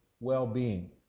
well-being